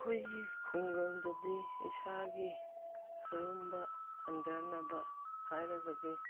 ꯑꯩꯈꯣꯏꯒꯤ ꯈꯨꯡꯒꯪꯗꯗꯤ ꯏꯁꯥꯒꯤ ꯑꯔꯨꯝꯕ ꯍꯟꯗꯅꯕ ꯍꯥꯏꯔꯒꯗꯤ